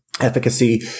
Efficacy